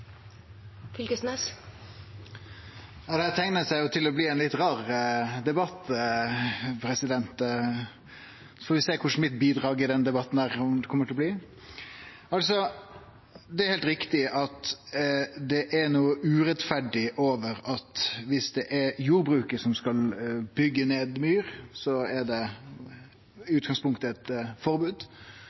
teiknar til å bli ein litt rar debatt, så får vi sjå korleis mitt bidrag i denne debatten kjem til å bli. Det er heilt riktig at det er noko urettferdig over at viss det er jordbruket som skal byggje ned myr, er det i utgangspunktet eit forbod,